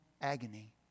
agony